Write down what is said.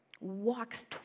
walks